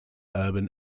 urban